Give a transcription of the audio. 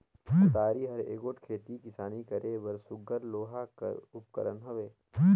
कुदारी हर एगोट खेती किसानी करे बर सुग्घर लोहा कर उपकरन हवे